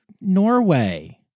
Norway